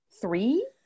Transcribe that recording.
three